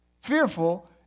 fearful